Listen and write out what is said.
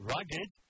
Rugged